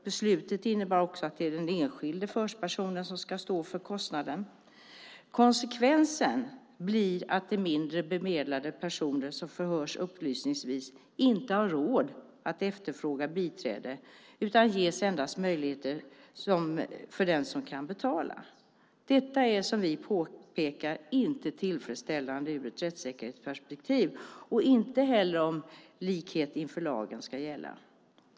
Beslutet innebar också att det är den enskilde förhörspersonen som ska stå för kostnaden. Konsekvensen blir att de mindre bemedlade personer som förhörs upplysningsvis inte har råd att efterfråga biträde, utan det ges endast möjligheter för den som kan betala. Detta är, som vi påpekar, inte tillfredsställande ur rättssäkerhetsperspektiv och inte heller om likhet inför lagen ska gälla.